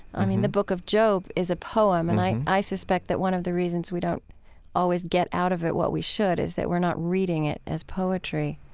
i mean, the book of job is a poem and i i suspect that one of the reasons we don't always get out of it what we should is that we're not reading it as poetry